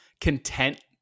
content